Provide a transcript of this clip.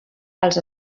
els